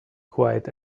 quiet